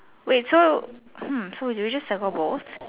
wait so hmm so do we just circle both